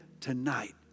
tonight